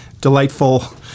delightful